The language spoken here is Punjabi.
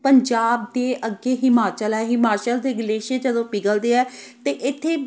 ਪੰਜਾਬ ਦੇ ਅੱਗੇ ਹਿਮਾਚਲ ਆ ਹਿਮਾਚਲ ਦੇ ਗਲੇਸ਼ੀਅਰ ਜਦੋਂ ਪਿਗਲਦੇ ਆ ਅਤੇ ਇੱਥੇ